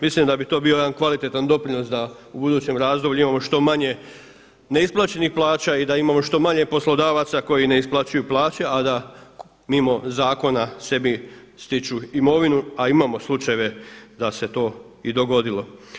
Mislim da bi to bio jedan kvalitetan doprinos da u budućem razdoblju imamo što manje neisplaćenih plaća i da imamo što manje poslodavaca koji ne isplaćuju plaće, a da mimo zakona sebi stiču imovinu, a imamo slučajeve da se to i dogodilo.